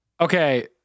okay